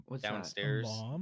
downstairs